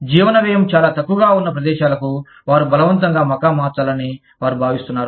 జీవన వ్యయం చాలా తక్కువగా ఉన్న ప్రదేశాలకు వారు బలవంతంగా మకాం మార్చాలని వారు భావిస్తున్నారు